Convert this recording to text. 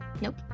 Nope